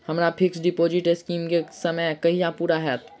हम्मर fix deposit scheme केँ समय कहिया पूरा हैत?